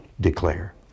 declare